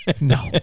No